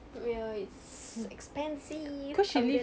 oh ya it's expensive again